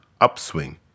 upswing